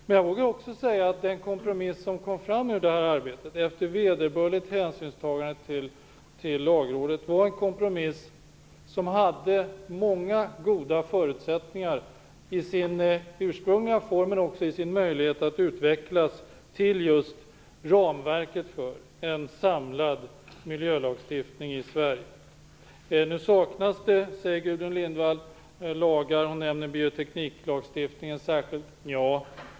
Men jag vågar också säga att den kompromiss som, efter vederbörligt hänsynstagande till Lagrådet, sprang fram ur detta arbete hade många goda förutsättningar i sin ursprungliga form men också när det gäller dess möjlighet att utvecklas just till ramverket för en samlad miljölagstiftning i Gudrun Lindvall säger att det saknas en del lagar. Särskilt nämner hon biotekniklagstiftningen.